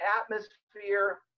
atmosphere